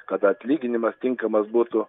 kad atlyginimas tinkamas būtų